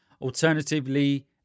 Alternatively